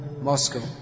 Moscow